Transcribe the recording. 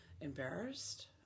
embarrassed